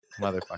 motherfucker